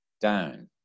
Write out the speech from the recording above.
down